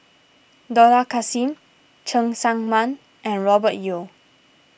Dollah Kassim Cheng Tsang Man and Robert Yeo